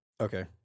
Okay